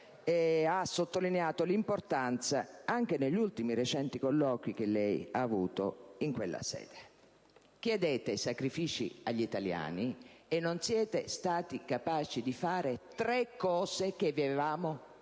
ha sottolineato l'importanza, anche negli ultimi recenti colloqui che lei ha avuto in quella sede. Chiedete sacrifici agli italiani e non siete stati capaci di fare quattro cose che vi avevamo chiesto: